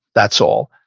that's all.